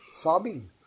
sobbing